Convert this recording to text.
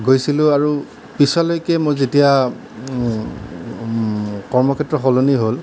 গৈছিলোঁ আৰু পিছলৈকে মই যেতিয়া কৰ্মক্ষেত্ৰ সলনি হ'ল